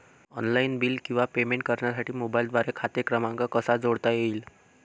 Online bill किंवा payment करण्यासाठी मोबाईलद्वारे खाते क्रमांक कसा जोडता येईल?